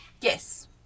Yes